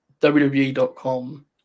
WWE.com